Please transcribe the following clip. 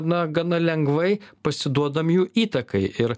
na gana lengvai pasiduodam jų įtakai ir